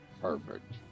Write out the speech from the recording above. Perfect